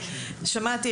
שמעתי,